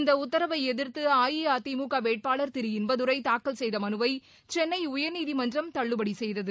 இந்த உத்தரவை எதிர்த்து அஇஅதிமுக வேட்பாளர் திரு இன்பதுரை தாக்கல் செய்த மனுவை சென்னை உயர்நீதிமன்றம் தள்ளுபடி செய்தது